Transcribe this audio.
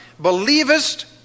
believest